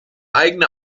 eigene